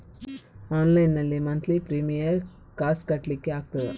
Online ನಲ್ಲಿ monthly premium ಕಾಸ್ ಕಟ್ಲಿಕ್ಕೆ ಆಗ್ತದಾ?